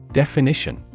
definition